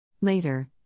Later